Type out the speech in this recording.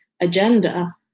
agenda